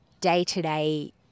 day-to-day